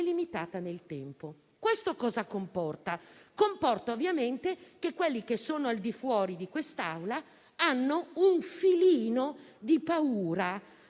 Questo comporta ovviamente che quelli che sono al di fuori di quest'Aula abbiano un filino di paura,